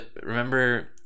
Remember